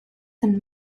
and